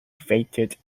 defeated